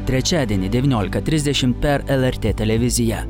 trečiadienį devyniolika trisdešimt per lrt televiziją